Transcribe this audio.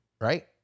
Right